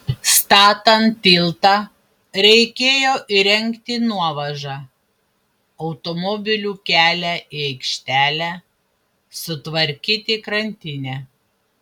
statant tiltą reikėjo įrengti nuovažą automobilių kelią į aikštelę sutvarkyti krantinę